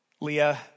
Leah